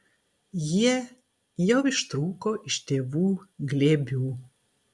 jie jau ištrūko iš tėvų glėbių